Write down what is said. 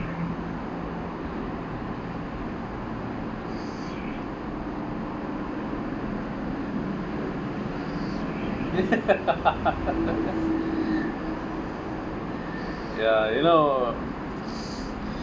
ya you know